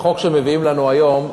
החוק שמביאים לנו היום,